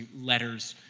letters,